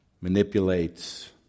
manipulates